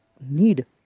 need